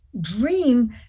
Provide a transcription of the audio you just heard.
dream